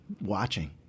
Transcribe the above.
watching